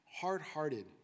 hard-hearted